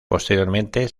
posteriormente